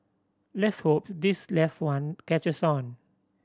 let's hope this last one catches on